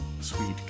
Sweet